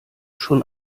schon